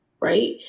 right